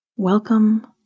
Welcome